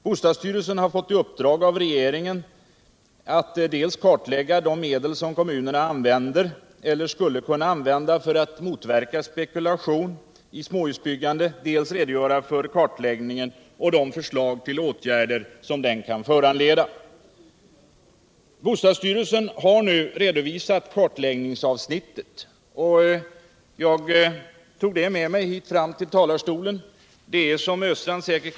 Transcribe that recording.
Bostadsstyrelsen har fått i uppdrag av regeringen att dels kartlägga de medel som kommunerna använder eller skulle kunna använda för att motverka spekulation i småhusbyggande, dels redogöra för kartläggningen och de förslag till åtgärder som den kan föranleda. Bostadsstyrelsen har nu redovisat kartläggningsavsnittet. Jag tog med mig den redovisningen hit och visar den här på bildskärmen.